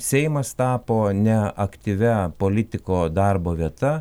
seimas tapo ne aktyvia politiko darbo vieta